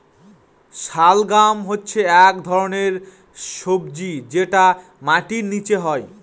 শালগাম হচ্ছে এক ধরনের সবজি যেটা মাটির নীচে হয়